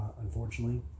unfortunately